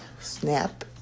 Snap